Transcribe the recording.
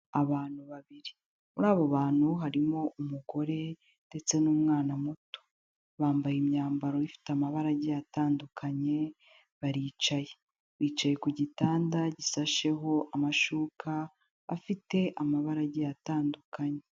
Abantu babiri. Muri abo bantu harimo umugore ndetse n'umwana muto. Bambaye imyambaro ifite amabara agiye atandukanye, baricaye. Bicaye ku gitanda gisasheho amashuka afite amabara agiye atandukanye.